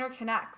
interconnects